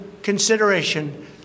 consideration